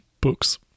books